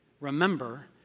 remember